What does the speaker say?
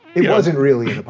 it wasn't really